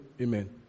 Amen